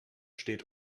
steht